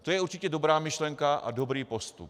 To je určitě dobrá myšlenka a dobrý postup.